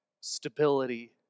stability